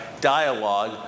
dialogue